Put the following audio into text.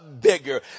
bigger